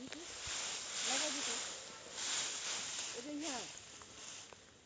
आलू बिहान ल बोये के कोन बेरा होथे अउ एकर बर सबले बढ़िया समय अभी के मौसम ल मानथें जो खरीफ फसल म गिनती होथै?